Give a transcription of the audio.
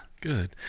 Good